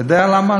אתה יודע למה?